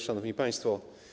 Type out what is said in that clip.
Szanowni Państwo!